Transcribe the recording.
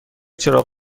چراغ